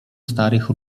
starych